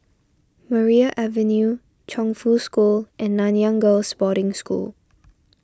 Maria Avenue Chongfu School and Nanyang Girls' Boarding School